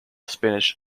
spanish